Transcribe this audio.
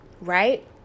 right